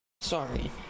Sorry